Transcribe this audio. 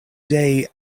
day